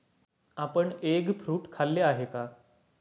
आपण egg fruit खाल्ले आहे का?